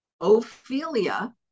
Ophelia